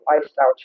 lifestyle